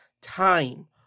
time